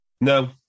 No